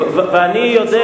ואני יודע